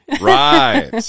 Right